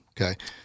Okay